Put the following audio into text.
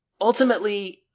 ultimately